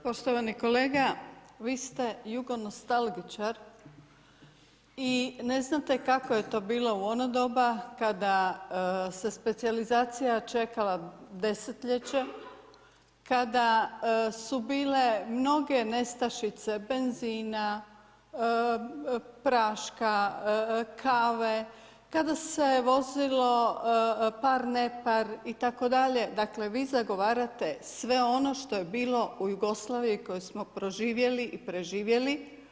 Poštovani kolega vi ste jugonostalgičar i ne znate kako je to bilo u ono doba kada se specijalizacija čekala desetljeće, kada su bile mnoge nestašice benzina, praška, kave, kada se vozilo par-nepar, dakle vi zagovarate sve ono što je bilo u Jugoslaviji koju smo proživjeli i preživjeli.